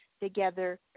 together